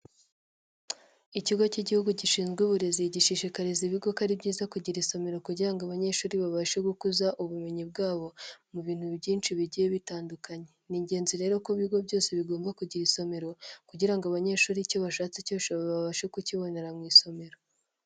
Ikigo cy'igihugu gishinzwe uburezi, gishishikariza ibigo ko ari byiza kugira isomero, kugira ngo abanyeshuri babashe gukuza ubumenyi bwabo mu bintu byinshi bigiye bitandukanye. Ni ingenzi rero ko ibigo byose bigomba kugira isomero kugira ngo abanyeshuri icyo bashatse cyose babashe kukibonera mu isomero.